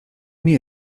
nie